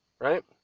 right